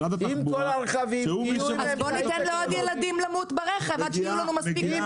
אז בואו ניתן לעוד ילדים למות ברכב עד שיהיו לנו מספיק נתונים.